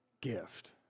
gift